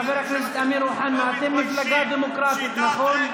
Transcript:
חבר הכנסת אמיר אוחנה, אתם מפלגה דמוקרטית, נכון?